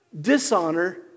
Dishonor